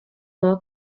law